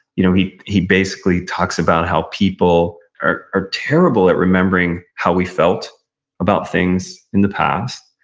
you know he he basically talks about how people are are terrible at remembering how we felt about things in the past,